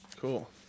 Cool